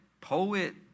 poet